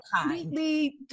completely